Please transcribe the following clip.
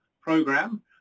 program